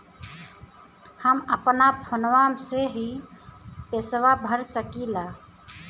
हम अपना फोनवा से ही पेसवा भर सकी ला?